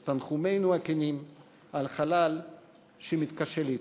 את תנחומינו הכנים לנוכח חלל שמתקשה להתמלא,